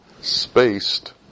spaced